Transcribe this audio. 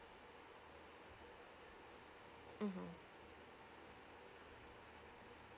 mm